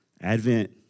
Advent